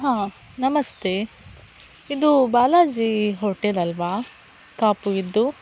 ಹಾಂ ನಮಸ್ತೆ ಇದು ಬಾಲಾಜಿ ಹೋಟೆಲ್ ಅಲ್ಲವಾ ಕಾಪುವಿದ್ದು